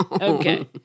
Okay